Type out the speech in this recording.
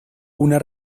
una